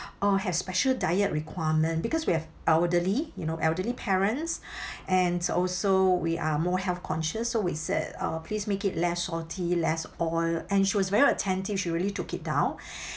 uh have special diet requirement because we have elderly you know elderly parents and also we are more health conscious so we said uh please make it less salty less oil and she was very attentive she really took it down